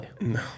no